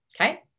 Okay